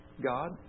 God